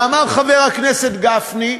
ואמר חבר הכנסת גפני: